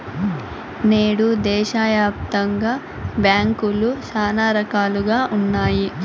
నేడు దేశాయాప్తంగా బ్యాంకులు శానా రకాలుగా ఉన్నాయి